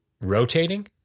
rotating